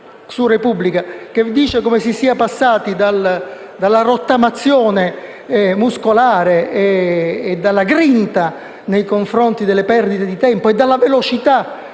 di oggi, che spiega come si sia passati dalla rottamazione muscolare, dalla grinta nei confronti delle perdite di tempo e dalla velocità